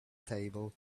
table